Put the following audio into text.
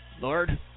Lord